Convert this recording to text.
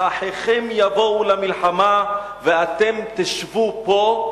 "האחיכם יבאו למלחמה ואתם תשבו פה?"